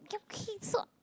ya so